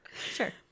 Sure